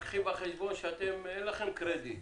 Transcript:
רק קחי בחשבון שאין לכם קרדיט.